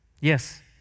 Yes